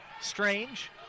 Strange